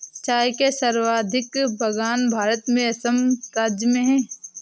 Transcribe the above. चाय के सर्वाधिक बगान भारत में असम राज्य में है